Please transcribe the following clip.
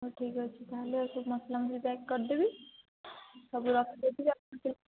ହଉ ଠିକ୍ ଅଛି ତା'ହେଲେ ସବୁ ମସଲା ମସଲି ପ୍ୟାକ୍ କରିଦେବି ସବୁ ରଖି ଦେଇଥିବି ଆପଣ